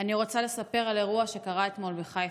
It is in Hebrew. אני רוצה לספר על אירוע שקרה אתמול בחיפה.